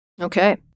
Okay